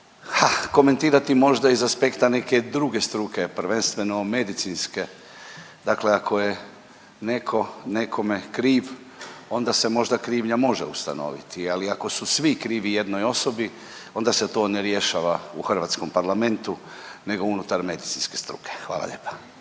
ah komentirati možda iz aspekta neke druge struke, prvenstveno medicinske. Dakle, ako je netko nekome kriv onda se krivnja može ustanoviti, ali ako su svi krivi jednoj osobi onda se to ne rješava u hrvatskom parlamentu nego unutar medicinske struke. Hvala lijepa.